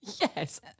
Yes